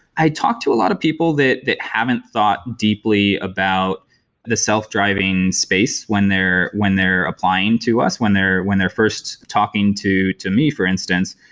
i talked to a lot of people that that haven't thought deeply about the self-driving space when they're when they're applying to us, when they're when they're first talking to to me, for instance.